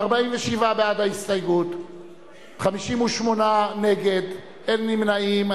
בעד, 47, נגד, 58, אין נמנעים.